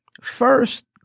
first